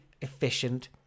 efficient